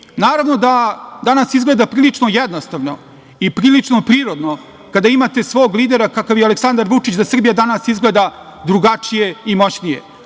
Naravno da danas izgleda prilično jednostavno i prilično prirodno kada imate svog lidera kakav je Aleksandar Vučić da Srbija danas izgleda drugačije i moćnije,